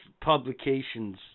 publications